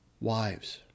Wives